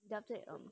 then after that